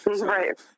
right